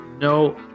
No